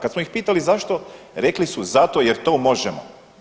Kad smo ih pitali zašto, rekli su zato jer to možemo.